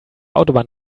autobahn